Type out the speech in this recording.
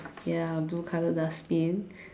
ya blue color dustbin